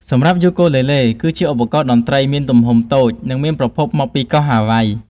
សម្រាប់យូគូលេលេ គឺជាឧបករណ៍តន្ត្រីមានទំហំតូច និងមានប្រភពមកពីកោះហាវ៉ៃ។